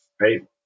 right